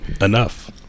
enough